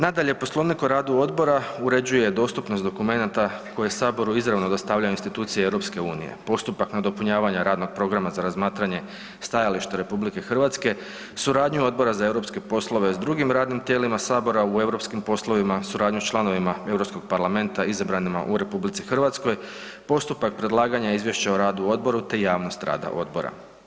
Nadalje, Poslovnik o radu odbora uređuje dostupnost dokumenata koje Saboru izravno dostavljaju institucije EU-a, postupak nadopunjavanja radnog programa za razmatranje stajališta RH, suradnju Odbora za europske poslove s drugim radnim tijelima Sabora u europskim poslova, suradnju s članovima Europskog parlamenta izabranima u RH, postupak predlaganja izvješća o radu odbora te javnost rada odbora.